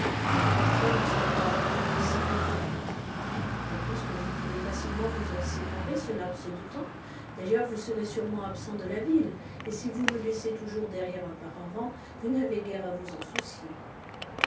le portrait ne sera hors d'ici que pour un mois je pense que vous pouvez facilement vous en séparer ce laps de temps d'ailleurs vous serez sûrement absent de la ville et si vous le laissez toujours derrière un paravent vous n'avez guère à vous en soucier